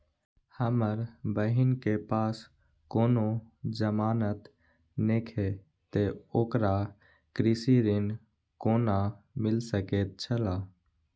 हमर बहिन के पास कोनो जमानत नेखे ते ओकरा कृषि ऋण कोना मिल सकेत छला?